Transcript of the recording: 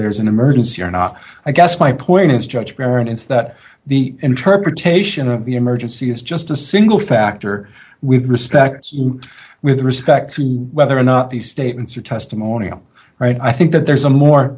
there's an emergency or not i guess my point is judge karen is that the interpretation of the emergency is just a single factor with respect with respect to whether or not these statements are testimonial right i think that there's a more